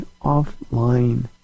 offline